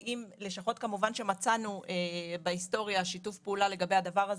לשכות שמצאנו בהיסטוריה שם שיתוף פעולה לגבי הדבר הזה,